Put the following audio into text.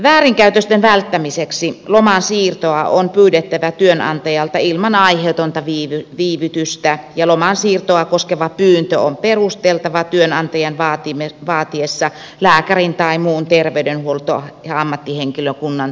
väärinkäytösten välttämiseksi loman siirtoa on pyydettävä työnantajalta ilman aiheetonta viivytystä ja loman siirtoa koskeva pyyntö on perusteltava työnantajan vaatiessa lääkärin tai muun terveydenhuollon ammattihenkilökunnan todistuksella